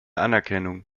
anerkennung